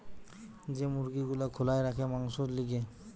যে মুরগি গুলা খোলায় রাখে মাংসোর লিগে